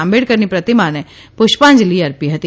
આંબેડકરની પ્રતિમાને પુષ્પાંજલી અર્પી હતી